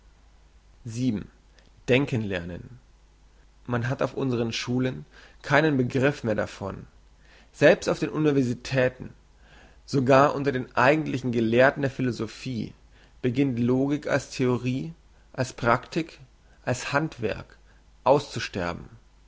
denken lernen man hat auf unsren schulen keinen begriff mehr davon selbst auf den universitäten sogar unter den eigentlichen gelehrten der philosophie beginnt logik als theorie als praktik als handwerk auszusterben